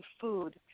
food